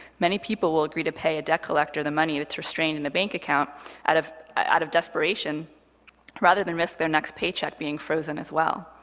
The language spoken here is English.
many people will agree to pay a debt collector the money that's restrained in a bank account out of out of desperation rather than risk their next paycheck being frozen as well.